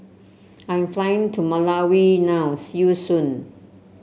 I am flying to Malawi now see you soon